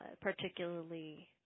particularly